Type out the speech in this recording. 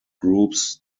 groups